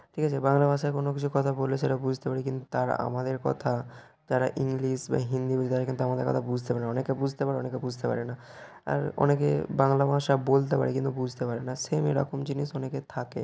ঠিক আছে বাংলা ভাষায় কোনো কিছু কথা বললে সেটা বুঝতে পারি কিন্তু তার আমাদের কথা তারা ইংলিশ বা হিন্দি বুঝতে পারে তারা কিন্তু আমাদের কথা বুঝতে পারে না অনেকে বুঝতে পারে অনেকে বুঝতে পারে না আর অনেকে বাংলা ভাষা বলতে পারে কিন্তু বুঝতে পারে না সেম এরকম জিনিস অনেকের থাকে